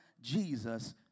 Jesus